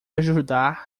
ajudar